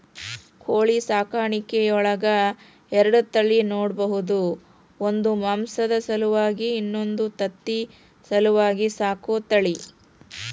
ಕೋಳಿ ಸಾಕಾಣಿಕೆಯೊಳಗ ಎರಡ ತಳಿ ನೋಡ್ಬಹುದು ಒಂದು ಮಾಂಸದ ಸಲುವಾಗಿ ಇನ್ನೊಂದು ತತ್ತಿ ಸಲುವಾಗಿ ಸಾಕೋ ತಳಿ